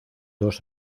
dos